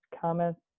comments